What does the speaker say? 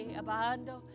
abando